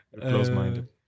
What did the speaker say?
Close-minded